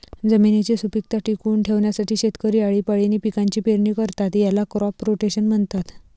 जमिनीची सुपीकता टिकवून ठेवण्यासाठी शेतकरी आळीपाळीने पिकांची पेरणी करतात, याला क्रॉप रोटेशन म्हणतात